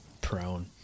Prone